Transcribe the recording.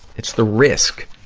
it's the risk